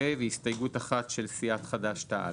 הסתייגות אחת של סיעת חד"ש-תע"ל.